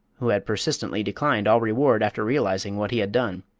who had persistently declined all reward after realising what he had done!